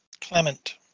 Clement